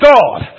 God